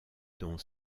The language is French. dont